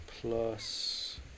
plus